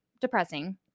depressing